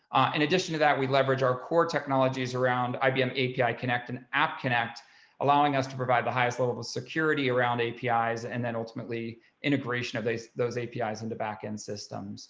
in addition to that, we leverage our core technologies around ibm api connect an app connect allowing us to provide the highest level of security around api's and then ultimately integration of those those api's into back end systems